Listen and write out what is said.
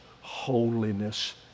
holiness